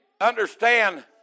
understand